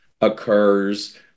occurs